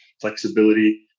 flexibility